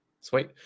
Sweet